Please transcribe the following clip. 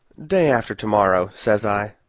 day after to-morrow, says i.